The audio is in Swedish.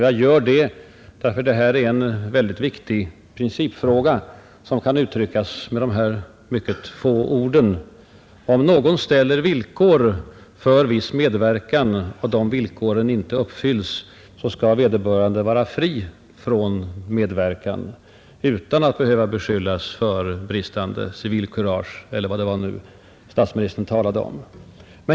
Jag gör det därför att jag anser att det här är en mycket viktig principfråga som kan uttryckas med följande få ord: Om någon ställer villkor för viss medverkan och de villkoren inte uppfylls skall vederbörande vara fri från medverkan utan att behöva beskyllas för bristande civilkurage, eller vad det var statsministern talade om.